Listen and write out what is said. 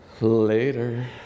Later